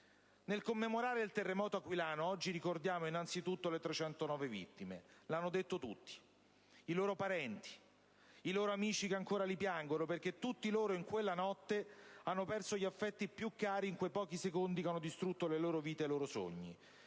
Nel commemorare il terremoto aquilano, oggi ricordiamo innanzitutto le 309 vittime - lo hanno detto tutti - i loro parenti, i loro amici che ancora li piangono, perché tutti loro in quella notte hanno perso gli affetti più cari in quei pochi secondi che hanno distrutto le loro vite e i loro sogni.